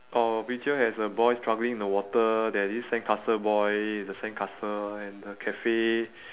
our picture has a boy struggling in the water there's this sandcastle boy the sandcastle and the cafe